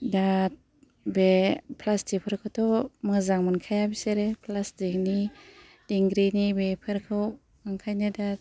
दा बे प्लास्टिक फोरखौथ' मोजां मोनखाया बिसोरो प्लासटिक नि दिंग्रिनि बेफोरखौ ओंखायनो दा